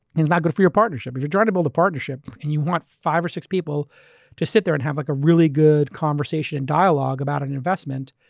and itaeurs not good for your partnership. you're trying to build a partnership and you want five or six people to sit there and have like a really good conversation in dialog about an investment.